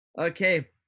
Okay